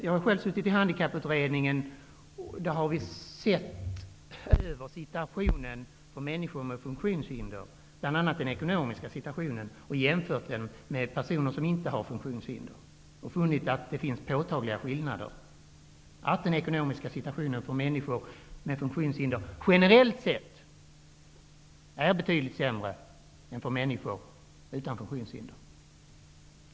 Jag har själv suttit i Handikapputredningen, och vi har där sett över situationen, bl.a. de ekonomiska villkoren, för människor med funktionshinder och gjort jämförelser med personer som inte har funktionshinder. Vi har funnit att det finns påtagliga skillnader. Den ekonomiska situationen för människor med funktionshinder är generellt sett betydligt sämre än situationen för människor utan funktionshinder.